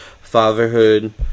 fatherhood